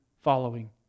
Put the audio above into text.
following